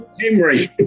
Henry